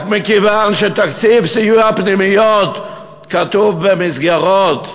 רק מכיוון שתקציב סיוע הפנימיות כתוב במסגרות,